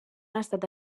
estat